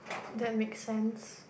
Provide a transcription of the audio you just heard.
that makes sense